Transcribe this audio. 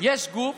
יש גוף